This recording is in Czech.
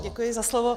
Děkuji za slovo.